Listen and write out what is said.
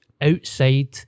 outside